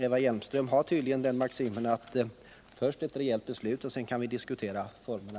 Eva Hjelmström har tydligen den uppfattningen att man först skall fatta ett ”rejält” beslut, varefter man kan diskutera formerna.